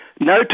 no